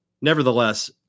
Nevertheless